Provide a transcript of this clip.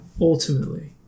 Ultimately